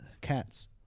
cats